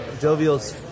Jovial's